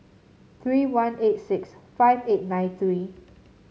three one eight six five eight nine three